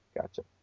Gotcha